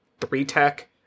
three-tech